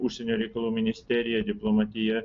užsienio reikalų ministerija diplomatija